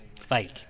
fake